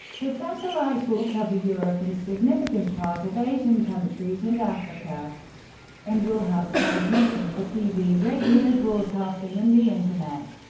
the satellite will cover europe and significant part of asian countries and africa and will have transmission for tv, radio broadcasting and the internet.